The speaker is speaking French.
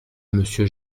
monsieur